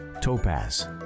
topaz